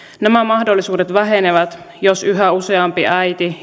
nämä mahdollisuudet vähenevät jos yhä useampi äiti